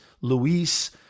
Luis